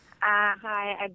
Hi